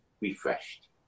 refreshed